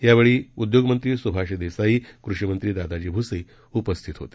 त्यावेळी राज्याचे उद्योगमंत्री सुभाष देसाई कृषिमंत्री दादाजी भुसे उपस्थित होते